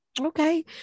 Okay